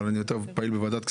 אבל אני יותר פעיל בוועדת הכספים,